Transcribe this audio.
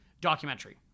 documentary